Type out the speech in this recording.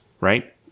right